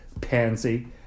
Pansy